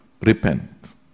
Repent